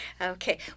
Okay